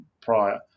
prior